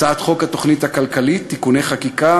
הצעת חוק התוכנית הכלכלית (תיקוני חקיקה